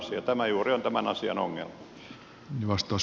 tämä juuri on tämän asian ongelma